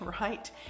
right